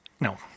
No